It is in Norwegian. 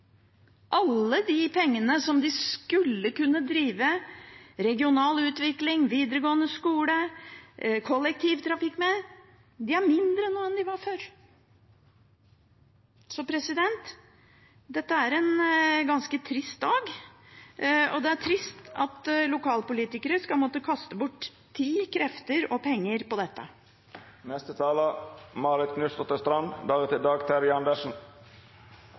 Alle pengene de skulle kunne drive regional utvikling, videregående skole og kollektivtrafikk for, er mindre nå enn de var før. Så dette er en ganske trist dag, og det er trist at lokalpolitikere skal måtte kaste bort tid, krefter og penger på dette.